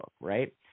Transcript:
right